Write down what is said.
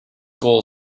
goal